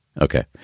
Okay